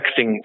texting